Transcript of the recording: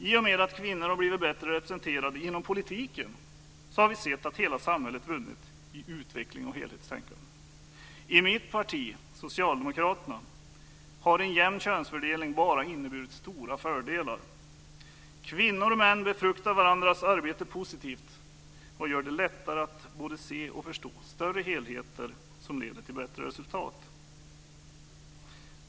I och med att kvinnor har blivit bättre representerade inom politiken har vi sett att hela samhället har vunnit i utveckling och helhetstänkande. I mitt parti, Socialdemokraterna, har en jämn könsfördelning bara inneburit stora fördelar. Kvinnor och män befruktar varandras arbete positivt och gör det lättare att både se och förstå större helheter som leder till bättre resultat.